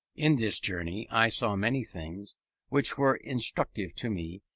in this journey i saw many things which were instructive to me,